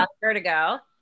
Vertigo